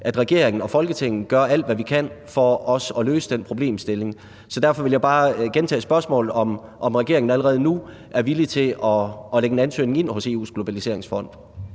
at regeringen og Folketinget gør alt, hvad vi kan, for også at løse den problemstilling. Så derfor vil jeg bare gentage spørgsmålet: Er regeringen allerede nu villig til at lægge en ansøgning ind hos EU's Globaliseringsfond?